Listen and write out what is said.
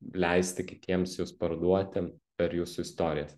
leisti kitiems jus parduoti per jūsų istorijas